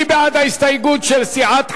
רבותי, מי בעד ההסתייגות של סיעת חד"ש?